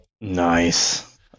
Nice